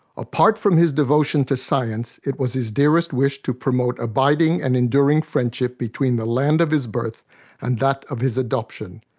apart from his devotion to science, it was his dearest wish to promote abiding and enduring friendship between the land of his birth and that of his adoption.